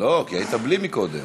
לא, כי היית בלי מקודם.